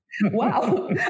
wow